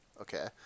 okay